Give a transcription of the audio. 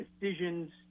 decisions